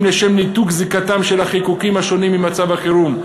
לשם ניתוק זיקתם של החיקוקים השונים למצב החירום.